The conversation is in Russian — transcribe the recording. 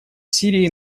сирии